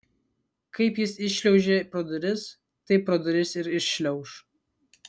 kaip jis įšliaužė pro duris taip pro duris ir iššliauš